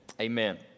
Amen